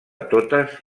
totes